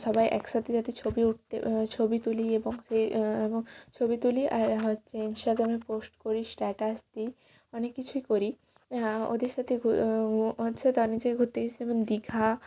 সবাই একসাথে যাতে ছবি উঠতে ছবি তুলি এবং সেই এবং ছবি তুলি আর হচ্ছে ইন্সটাগ্রামে পোস্ট করি স্ট্যাটাস দিই অনেক কিছুই করি ওদের সাথে ঘু হচ্ছে তার নিচে ঘুরতে গেছি যেমন দীঘা